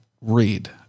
read